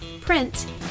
print